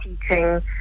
teaching